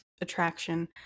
attraction